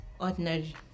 ordinary